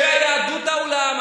של יהדות העולם,